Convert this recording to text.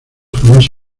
jamás